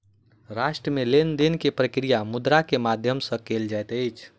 राष्ट्र मे लेन देन के प्रक्रिया मुद्रा के माध्यम सॅ कयल जाइत अछि